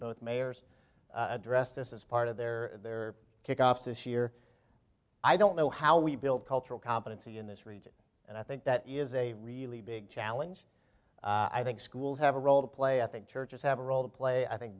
both mayors address this is part of their kick off this year i don't know how we build cultural competency in this region and i think that is a really big challenge i think schools have a role to play i think churches have a role to play i think